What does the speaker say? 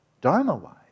Dharma-wise